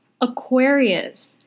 Aquarius